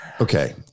okay